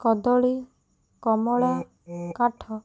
କଦଳୀ କମଳା କାଠ